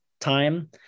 time